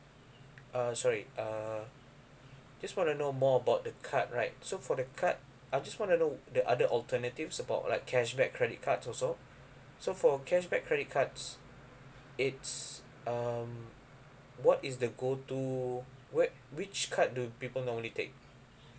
uh sorry uh just wanna know more about the card right so for the card I just wanna know the other alternatives about like cashback credit cards also so for cashback credit cards it's um what is the go to whi~ which card do people normally take